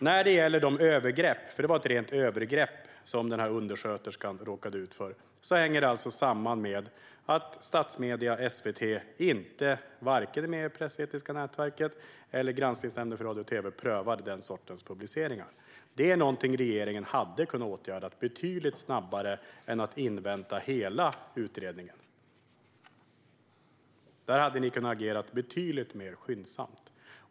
När det gäller dessa övergrepp - för det var ett rent övergrepp som denna undersköterska råkade ut för - hänger det samman med att statsmedierna inte vare sig med det pressetiska nätverket eller med Granskningsnämnden för radio och tv prövade den sortens publiceringar. Det är någonting som regeringen hade kunnat åtgärda betydligt snabbare än att invänta hela utredningen. Där hade ni kunnat agera betydligt mer skyndsamt.